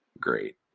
great